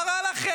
מה רע לכם?